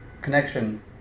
connection